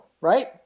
right